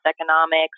economics